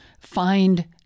find